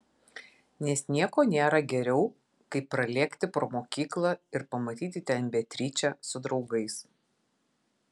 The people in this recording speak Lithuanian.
nes nieko nėra geriau kaip pralėkti pro mokyklą ir pamatyti ten beatričę su draugais